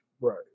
Right